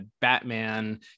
batman